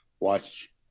watch